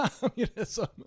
Communism